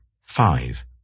Five